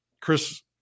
Chris